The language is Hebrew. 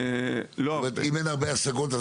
אם אין הרבה השגות,